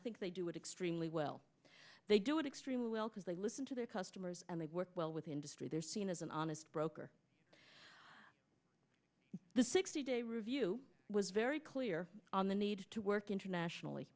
think they do it extremely well they do it extremely well because they listen to their customers and they work well with industry they're seen as an honest broker the sixty day review was very clear on the need to work internationally